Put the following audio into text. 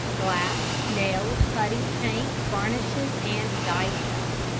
glass, nails, putty, paint, varnishes, and dye-stuff.